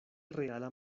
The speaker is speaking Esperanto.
reala